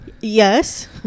Yes